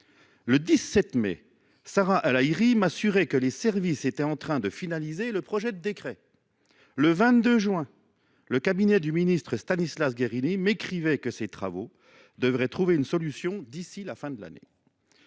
Le 17 mai, Sarah El Haïry m’assurait que les services étaient en train de finaliser le projet de décret. Le 22 juin, le cabinet du ministre Stanislas Guerini m’écrivait que ces travaux devraient trouver une solution d’ici à la fin de l’année.